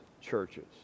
churches